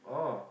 oh